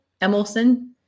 Emerson